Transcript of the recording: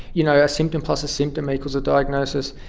you know, a symptom plus a symptom equals a diagnosis.